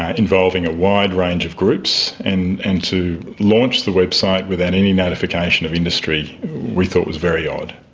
ah involving a wide range of groups, and and to launch the website without any notification of industry we thought was very odd.